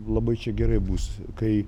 labai čia gerai bus kai